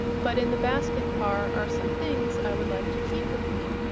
but in the basket-car are some things i would like to keep with me.